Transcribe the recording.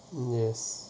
yes